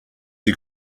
you